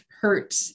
hurt